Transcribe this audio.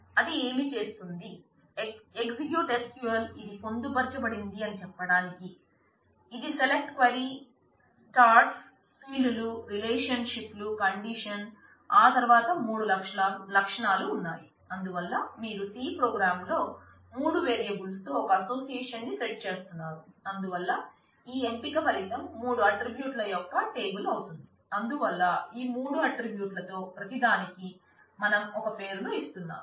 అది ఏమి చేస్తుంది EXEC SQL ఇది పొందుపరచబడింది అని చెప్పడానికి ఇది సెలక్ట్ క్వైరీ స్టార్ట్లు యొక్క టేబుల్ అవుతుంది అందువల్ల ఈ మూడు ఆట్రిబ్యూట్లలో ప్రతి దానికి మనం ఒక పేరును ఇస్తున్నాం